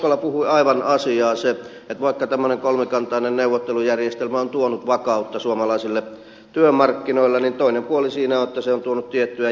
ukkola puhui aivan asiaa että vaikka tämmöinen kolmikantainen neuvottelujärjestelmä on tuonut vakautta suomalaisille työmarkkinoille niin toinen puoli siinä on että se on tuonut tiettyä jähmeyttäkin